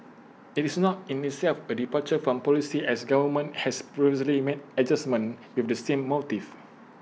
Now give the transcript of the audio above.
IT is not in itself A departure from policy as government has previously made adjustments with the same motive